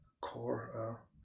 core